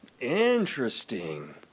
Interesting